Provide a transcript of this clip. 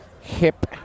hip